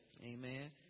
Amen